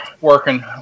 Working